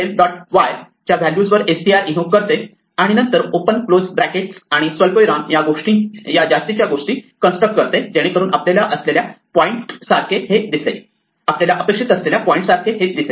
y च्या values वर str invoke करते आणि नंतर ओपन क्लोज ब्रॅकेट आणि स्वल्पविराम या जास्तीच्या गोष्टी कन्स्ट्रक्ट करते जेणेकरून आपल्याला अपेक्षित असलेल्या पॉईंट सारखे हे दिसेल